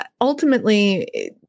ultimately